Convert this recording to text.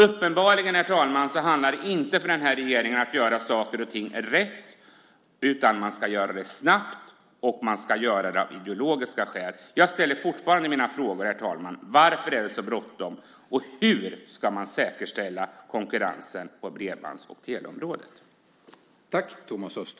Uppenbarligen, herr talman, handlar det för den här regeringen inte om att göra saker och ting rätt, utan man ska handla snabbt och utifrån ideologiska skäl. Jag ställer, herr talman, ännu en gång mina frågor: Varför är det så bråttom? Och hur ska man säkerställa konkurrensen på bredbands och teleområdet?